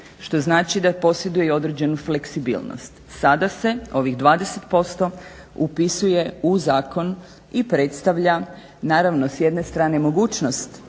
što znači da posjeduje i određenu fleksibilnost. Sada se ovih 20% upisuje u zakon i predstavlja, naravno s jedne strane mogućnost